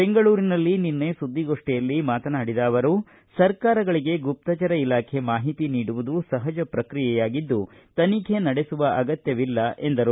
ಬೆಂಗಳೂರಿನಲ್ಲಿ ನಿನ್ನೆ ಸುದ್ದಿಗೋಷ್ಠಿಯಲ್ಲಿ ಮಾತನಾಡಿದ ಅವರು ಸರ್ಕಾರಗಳಿಗೆ ಗುಪ್ತಚರ ಇಲಾಖೆ ಮಾಹಿತಿ ನೀಡುವುದು ಸಹಜ ಪ್ರಕ್ರಿಯೆಯಾಗಿದ್ದು ತನಿಖೆ ನಡೆಸುವ ಅಗತ್ತವಿಲ್ಲ ಎಂದರು